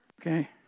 Okay